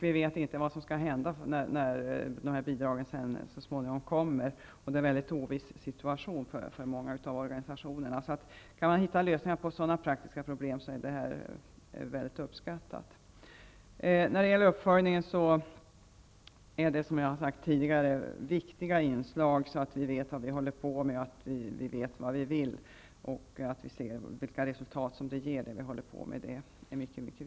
Vi vet inte vad som skall hända innan de här bidragen så småningom kommer, och det är en mycket oviss situation för många organisationer. Det uppskattas mycket om man man hitta lösningar på sådana praktiska problem. Uppföljningen är, som jag tidigare har sagt, ett viktigt inslag för att vi skall kunna veta vad vi håller på med och kan se vilka resultat som vårt arbete ger.